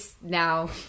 now